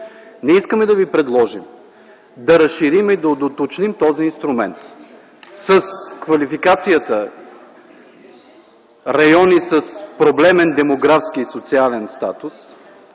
Ние искаме да ви предложим: да разширим и да доуточним този инструмент с квалификацията – райони с проблемен демографски и социален статус,